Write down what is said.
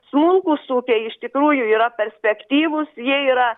smulkūs ūkiai iš tikrųjų yra perspektyvūs jie yra